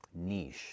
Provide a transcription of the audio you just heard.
niche